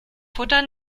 futter